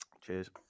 Cheers